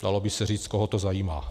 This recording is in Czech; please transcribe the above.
Dalo by se říct koho to zajímá.